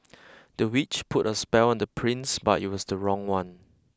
the witch put a spell on the prince but it was the wrong one